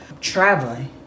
traveling